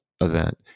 event